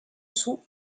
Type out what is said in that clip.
sou